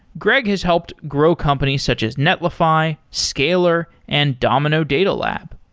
greg has helped grow companies such as netlify, scalar and domino data lab.